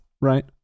Right